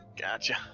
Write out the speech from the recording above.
Gotcha